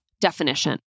definition